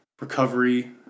recovery